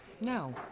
No